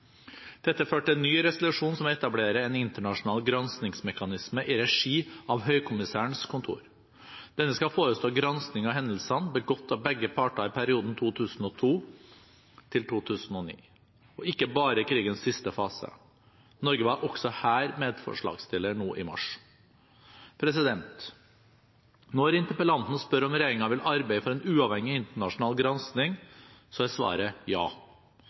Dette førte til en ny resolusjon, som etablerer en internasjonal granskingsmekanisme i regi av Høykommissærens kontor. Denne skal forestå gransking av hendelser begått av begge parter i perioden 2002–2009 og ikke bare i krigens siste fase. Norge var også her medforslagsstiller, i mars. Når interpellanten spør om regjeringen vil arbeide for en uavhengig internasjonal gransking, er svaret ja.